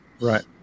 Right